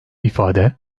ifade